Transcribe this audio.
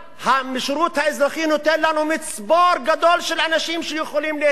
השירות האזרחי נותן לנו מצבור גדול של אנשים שיכולים להצטרף